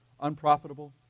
unprofitable